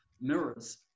mirrors